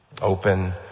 Open